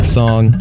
song